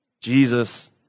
Jesus